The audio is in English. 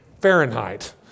Fahrenheit